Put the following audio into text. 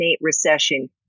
recession